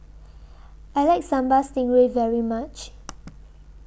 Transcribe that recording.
I like Sambal Stingray very much